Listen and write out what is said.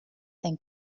and